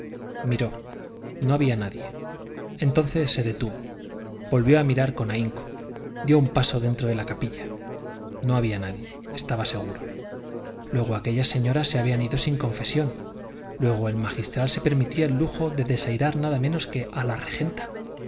miró no había nadie entonces se detuvo volvió a mirar con ahínco dio un paso dentro de la capilla no había nadie estaba seguro luego aquellas señoras se habían ido sin confesión luego el magistral se permitía el lujo de desairar nada menos que a